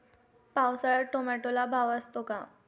पावसाळ्यात टोमॅटोला भाव असतो का?